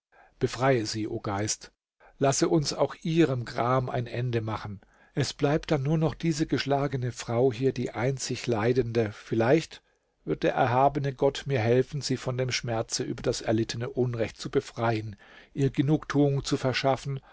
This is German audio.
befreie sie o geist laß uns auch ihrem gram ein ende machen es bleibt dann nur noch diese geschlagene frau hier die einzig leidende vielleicht wird der erhabene gott mir helfen sie von dem schmerze über das erlittene unrecht zu befreien ihr genugtuung zu verschaffen